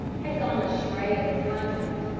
had gone astray in his conduct,